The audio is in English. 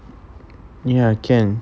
ya can